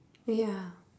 oh ya